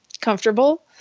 comfortable